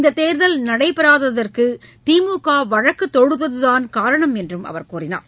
இந்தத் தேர்தல் நடைபெறாததற்கு திமுக வழக்கு தொடுத்தது தான் காரணம் என்றும் அவர் கூறினார்